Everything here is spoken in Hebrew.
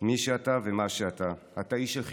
מה שאתה ומי שאתה, אתה איש של חיבורים,